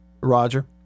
Roger